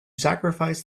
sacrifice